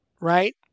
right